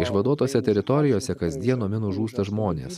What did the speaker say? išvaduotose teritorijose kasdien nuo minų žūsta žmonės